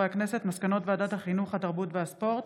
מסקנות ועדת החינוך, התרבות והספורט